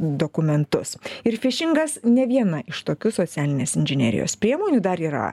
dokumentus ir fišingas ne viena iš tokių socialinės inžinerijos priemonių dar yra